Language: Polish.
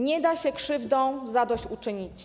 Nie da się krzywdom zadośćuczynić.